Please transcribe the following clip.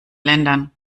ländern